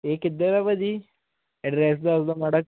ਇਹ ਕਿੱਧਰ ਹੈ ਭਾਅ ਜੀ ਐਡਰੈੱਸ ਦੱਸ ਦਿਓ ਮਾੜਾ